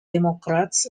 democrats